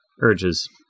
urges